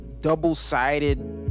double-sided